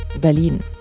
Berlin